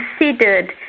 considered